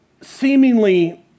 seemingly